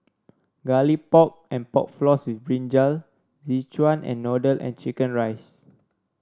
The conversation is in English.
Garlic Pork and Pork Floss with brinjal Szechuan Noodle and chicken rice